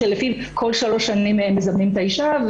שלפיו כל שלוש שנים מזמנים את האישה,